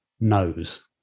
knows